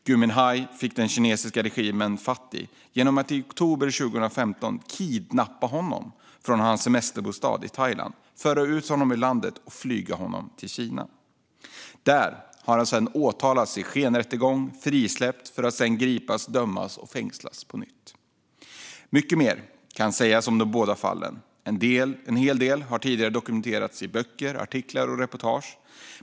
Gui Minhai fick den kinesiska regimen fatt i genom att i oktober 2015 kidnappa honom i hans semesterbostad i Thailand, föra ut honom ur landet och flyga honom till Kina. Där har han sedan åtalats i skenrättegång och frisläppts för att sedan gripas, dömas och fängslas på nytt. Mycket mer kan sägas om de båda fallen. En hel del har tidigare dokumenterats i böcker, artiklar och reportage.